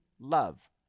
love